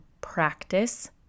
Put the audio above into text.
practice